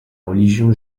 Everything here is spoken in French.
religion